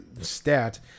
stat